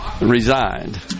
resigned